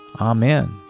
Amen